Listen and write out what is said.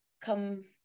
come